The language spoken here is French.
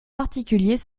particuliers